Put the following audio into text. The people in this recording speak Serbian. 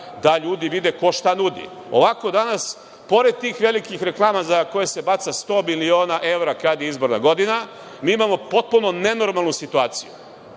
da ljudi vide ko šta nudi. Ovako danas, pored tih velikih reklama za koje se baca 100 miliona evra kad je izborna godina, mi imamo potpuno nenormalnu situaciju,